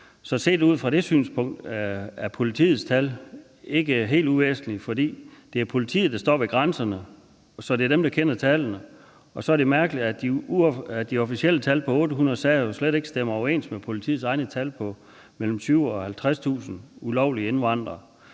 Så set ud fra det synspunkt er politiets tal ikke helt uvæsentlige, for det er politiet, der står ved grænserne, så det er dem, der kender tallene. Og så er det mærkeligt, at de officielle tal på 800 sager slet ikke stemmer overens med politiets egne tal på mellem 20.000 og 50.000 ulovlige indvandrere.